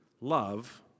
love